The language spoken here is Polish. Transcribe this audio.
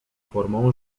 formą